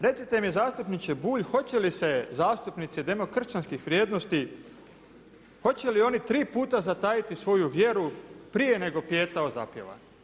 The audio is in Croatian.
Recite mi zastupniče Bulj, hoće li se zastupnici demokršćanskih vrijednosti, hoće li oni tri puta zatajiti svoju vjeru prije nego pijetao zapjeva?